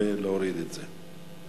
זה להוריד את זה.